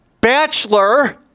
bachelor